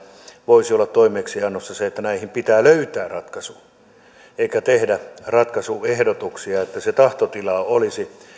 voisi olla se että näihin pitää löytää ratkaisu eikä vain tehdä ratkaisuehdotuksia että se tahtotila olisi